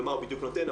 ומה הוא בדיוק נותן.